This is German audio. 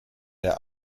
der